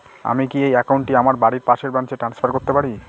আমি কি এই একাউন্ট টি আমার বাড়ির পাশের ব্রাঞ্চে ট্রান্সফার করতে পারি?